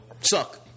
Suck